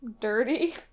Dirty